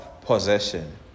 possession